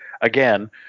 again